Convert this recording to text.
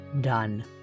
done